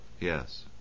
Yes